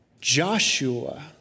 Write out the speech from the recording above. Joshua